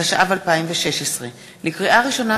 התשע"ו 2016. לקריאה ראשונה,